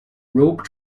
rogue